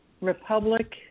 Republic